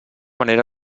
manera